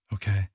Okay